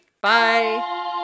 bye